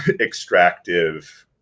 extractive